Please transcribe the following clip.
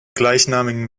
gleichnamigen